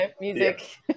music